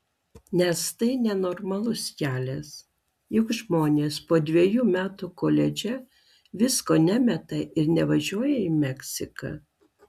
nes tai nenormalus kelias juk žmonės po dvejų metų koledže visko nemeta ir nevažiuoja į meksiką